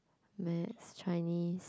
Maths Chinese